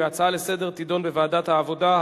להצעה לסדר-היום ולהעביר את הנושא לוועדת העבודה,